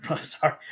sorry